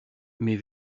mes